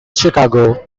chicago